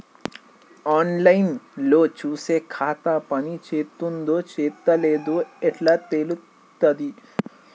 On line లో చూసి ఖాతా పనిచేత్తందో చేత్తలేదో ఎట్లా తెలుత్తది?